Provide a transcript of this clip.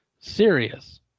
serious